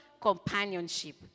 companionship